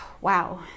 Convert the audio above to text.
wow